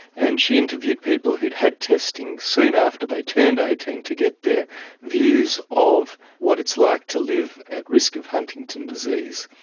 and she interviewed people who'd had testing soon after they turned eighteen to get their views of what it's like to live at risk of huntington's disease.